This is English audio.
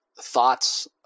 thoughts